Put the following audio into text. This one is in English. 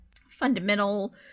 fundamental